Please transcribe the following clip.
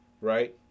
right